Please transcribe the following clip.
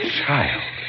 child